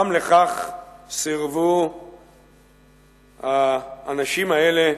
גם לכך סירבו האנשים האלה,